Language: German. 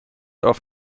auf